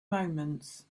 moments